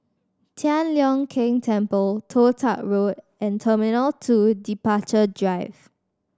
Tian Leong Keng Temple Toh Tuck Road and Terminal Two Departure Drive